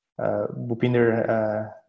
Bupinder